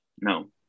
No